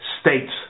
states